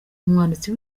umwanditsi